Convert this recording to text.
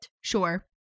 sure